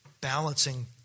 balancing